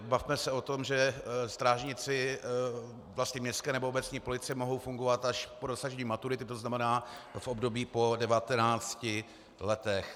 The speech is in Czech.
Bavme se o tom, že strážníci městské nebo obecní policie mohou fungovat až po dosažení maturity, to znamená v období po 19 letech.